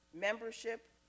membership